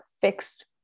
fixed